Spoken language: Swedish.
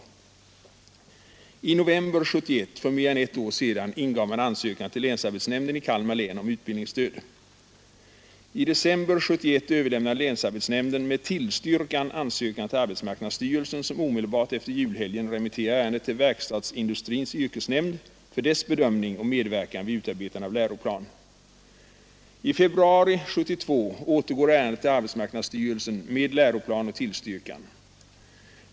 I november 1971 — för mer än ett år sedan — ingav man ansökan till länsarbetsnämnden i Kalmar län om utbildningsstöd. I december 1971 överlämnade länsarbetsnämnden med tillstyrkan ansökan till arbetsmarknadsstyrelsen, som omedelbart efter julhelgen remitterade ärendet till Verkstadsindustrins yrkesnämnd för dess bedömning och medverkan vid utarbetande av läroplan. I februari 1972 återgick ärendet till arbetsmarknadsstyrelsen med läroplan och tillstyrkan.